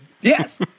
yes